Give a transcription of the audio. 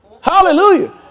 Hallelujah